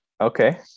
okay